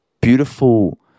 beautiful